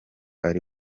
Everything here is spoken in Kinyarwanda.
ari